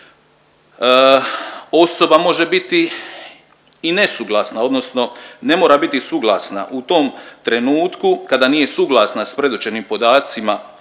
Osoba može biti i nesuglasna, odnosno ne mora biti suglasna u tom trenutku kada nije suglasna sa predočenim podacima